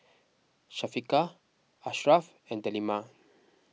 Syafiqah Ashraff and Delima